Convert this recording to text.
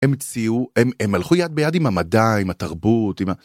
המציאו, הם הלכו יד ביד עם המדע עם התרבות עם ה...